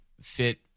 fit